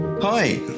Hi